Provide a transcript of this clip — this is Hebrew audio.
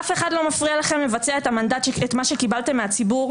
אף אחד לא מפריע לכם לבצע את מה שקיבלתם מהציבור